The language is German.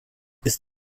ist